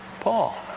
Paul